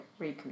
reconnect